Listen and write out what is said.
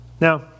Now